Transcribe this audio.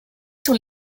sur